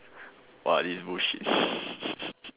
!wah! this is bullshit